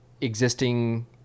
existing